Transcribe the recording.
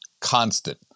constant